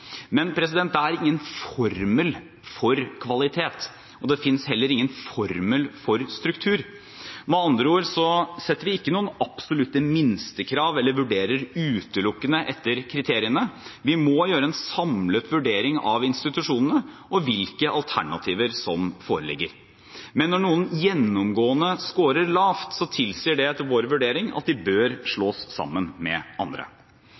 Men det er ingen formel for kvalitet, og det finnes heller ingen formel for struktur. Med andre ord setter vi ikke noen absolutte minstekrav eller vurderer utelukkende etter kriteriene. Vi må gjøre en samlet vurdering av institusjonene og hvilke alternativer som foreligger. Men når noen gjennomgående scorer lavt, tilsier det etter vår vurdering at de bør slås sammen med andre.